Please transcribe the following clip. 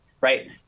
right